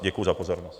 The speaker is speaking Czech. Děkuji za pozornost.